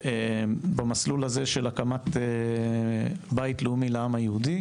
במסלול הזה של הקמת בית לאומי לעם היהודי,